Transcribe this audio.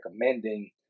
recommending